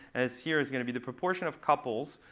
as here is going to be the proportion of couples.